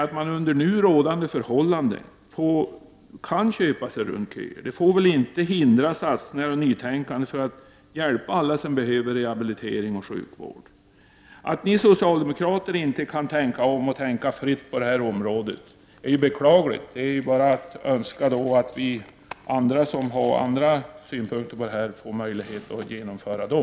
Att man under nu rådande förhållanden kan göra det får väl inte hindra satsningar och nytänkande för att hjälpa alla som behöver rehabilitering och sjukvård. Att ni socialdemokrater inte kan tänka om och tänka fritt på detta område är beklagligt. Det är bara att önska att vi andra som har andra synpunkter på detta får möjlighet att genomföra dem.